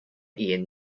ian